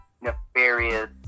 nefarious